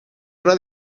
una